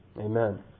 Amen